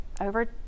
over